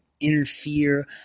interfere